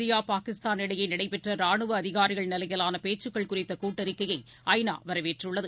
India Pakistan இடையேநடைபெற்ற இரானுவஅதிகாரிகள் நிலையிலானபேச்சுக்கள் குறித்தகூட்டறிக்கையை ஐ நா வரவேற்றுள்ளது